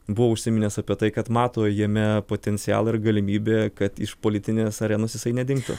buvo užsiminęs apie tai kad mato jame potencialą ir galimybę kad iš politinės arenos jisai nedingtų